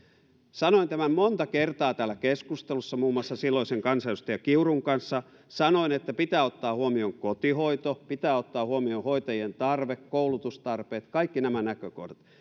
sanoin tämän monta kertaa täällä keskustelussa muun muassa silloisen kansanedustaja kiurun kanssa sanoin että pitää ottaa huomioon kotihoito pitää ottaa huomioon hoitajien tarve koulutustarpeet kaikki nämä näkökohdat